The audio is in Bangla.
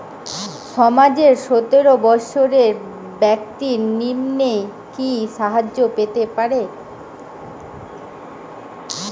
সমাজের সতেরো বৎসরের ব্যাক্তির নিম্নে কি সাহায্য পেতে পারে?